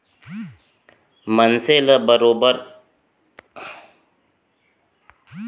मनसे ल बरोबर आज के खेती किसानी के करे म बनेच पइसा के झेल परथे